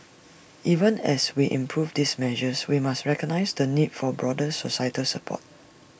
even as we improve these measures we must recognise the need for broader societal support